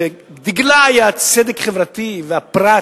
שדגלה היה צדק חברתי, והפרט,